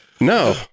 No